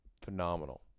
phenomenal